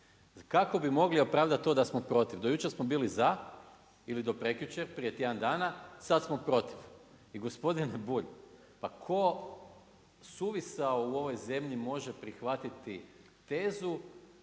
Kako bi mogli opravdati to da smo protiv, do jučer smo bili za, ili do prekjučer, prije tjedan dana, sada smo protiv. I gospodine Bulj, pa tko suvisao u ovoj zemlji može prihvatiti tezu